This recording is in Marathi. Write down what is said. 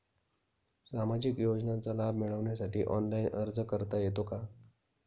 सामाजिक योजनांचा लाभ मिळवण्यासाठी ऑनलाइन अर्ज करता येतो का?